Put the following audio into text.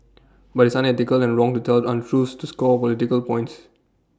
but it's unethical and wrong to tell untruths to score political points